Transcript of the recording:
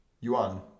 Yuan